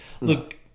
Look